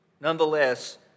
nonetheless